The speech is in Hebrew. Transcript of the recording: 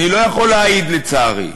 אני לא יכול להעיד, לצערי,